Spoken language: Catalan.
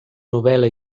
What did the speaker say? novel·la